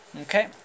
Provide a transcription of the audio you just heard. Okay